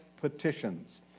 petitions